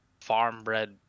farm-bred